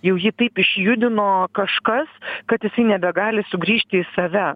jau jį taip išjudino kažkas kad jisai nebegali sugrįžti į save